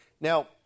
Now